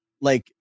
Like-